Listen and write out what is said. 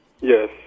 Yes